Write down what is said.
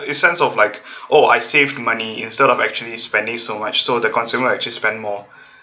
it's sense of like oh I saved money instead of actually spending so much so the consumer actually spend more